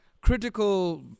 critical